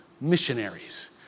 missionaries